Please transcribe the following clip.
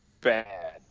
bad